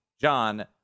John